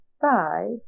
five